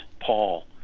Paul